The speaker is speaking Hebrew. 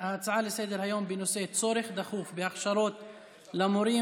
לסדר-היום בנושא צורך דחוף בהכשרות למורים,